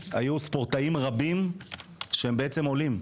היו ספורטאים רבים שהם בעצם עולים,